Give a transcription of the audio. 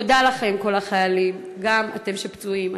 תודה לכם, כל החיילים, גם אתם הפצועים.